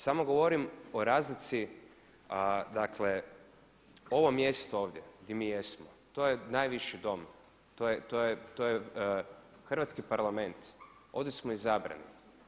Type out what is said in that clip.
Samo govorim o razlici dakle ovo mjesto ovdje gdje mi jesmo to je najviši Dom, to je Hrvatski parlament, ovdje smo izabrani.